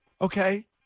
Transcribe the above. Okay